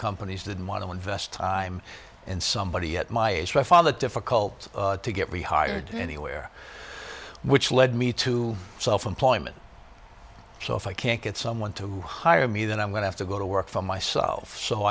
companies didn't want to invest time and somebody at my age my father difficult to get rehired anywhere which led me to self employment so if i can't get someone to hire me then i'm going after go to work for myself so